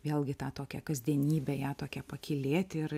vėlgi tą tokią kasdienybę ją tokią pakylėti ir